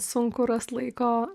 sunku rast laiko